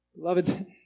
Beloved